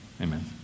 Amen